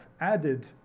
added